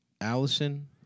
Allison